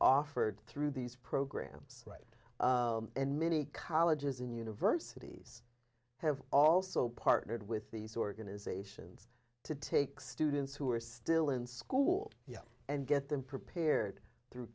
offered through these programs right and many colleges and universities have also partnered with these organisations to take students who are still in school and get them prepared through